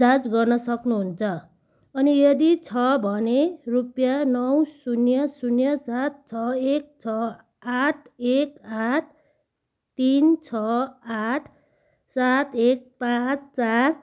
जाँच गर्न सक्नुहुन्छ अनि यदि छ भने रुपियाँ नौ शून्य शून्य सात छ एक छ आठ एक आठ तिन छ आठ सात एक पाँच चार